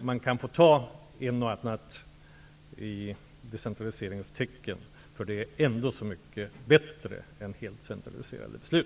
Man kan få ta ett och annat i decentraliseringens tecken. Det är ändå så mycket bättre än helt centraliserade beslut.